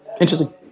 Interesting